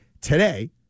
today